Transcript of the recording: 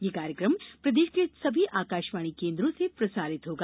यह कार्यक्रम प्रदेश के सभी आकाशवाणी केन्द्रों से प्रसारित होगा